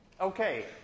Okay